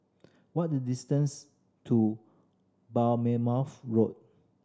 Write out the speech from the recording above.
what the distance to Bourmemouth Road